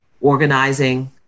organizing